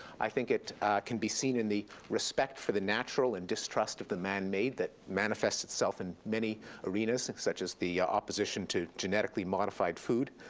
i think it can be seen in the respect for the natural and distrust of the man made that manifests itself in many arenas, such as the opposition to genetically modified food,